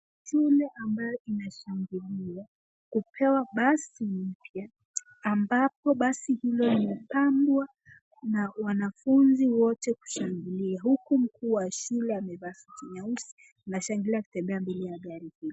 Shule ambalo imeshangiliwa kupewa basi mpya ambapo basi hilo limepambwa na wanafunzi wote kushangilia huku mkuu wa shule amevaa suti nyeusi na kushangilia kutembea mbele ya gari hilo.